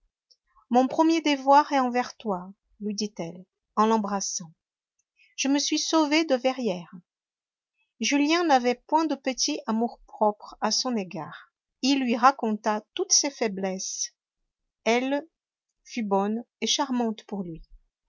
mon premier devoir est envers toi lui dit-elle en l'embrassant je me suis sauvée de verrières julien n'avait point de petit amour-propre à son égard il lui raconta toutes ses faiblesses elle fut bonne et charmante pour lui